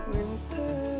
Winter